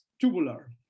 tubular